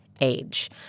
age